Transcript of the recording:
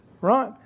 right